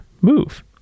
move